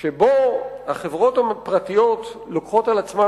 שבו החברות הפרטיות לוקחות על עצמן